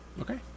Okay